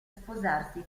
sposarsi